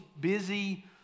busy